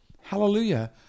Hallelujah